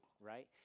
right